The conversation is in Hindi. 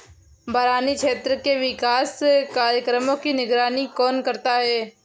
बरानी क्षेत्र के विकास कार्यक्रमों की निगरानी कौन करता है?